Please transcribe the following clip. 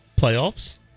playoffs